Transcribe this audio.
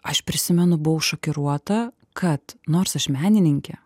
aš prisimenu buvau šokiruota kad nors aš menininkė